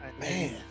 man